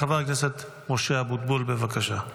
חבר הכנסת משה אבוטבול, בבקשה.